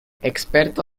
experto